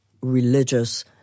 religious